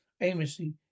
aimlessly